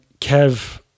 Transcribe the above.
kev